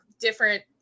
different